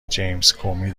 جیمزکومی